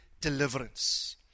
deliverance